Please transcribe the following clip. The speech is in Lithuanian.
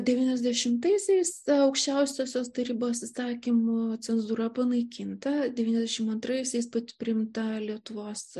devyniasdešimtaisiais aukščiausiosios tarybos įsakymu cenzūra panaikinta devyniasdešimt antraisiais pat priimta lietuvos